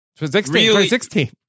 2016